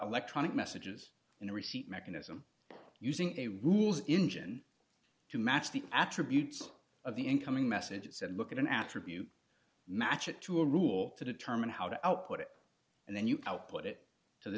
electronic messages in a receipt mechanism using a rules engine to match the attributes of the incoming messages and look at an attribute match it to a rule to determine how to output it and then you output it to the